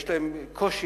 יש להן קושי,